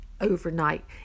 overnight